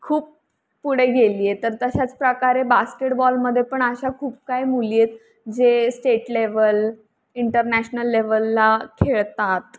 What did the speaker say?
खूप पुढे गेली आहे तर तशाच प्रकारे बास्केटबॉलमध्ये पण अशा खूप काही मुली आहेत जे स्टेट लेवल इंटरनॅशनल लेवलला खेळतात